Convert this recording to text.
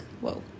Whoa